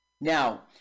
Now